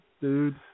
dude